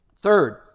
Third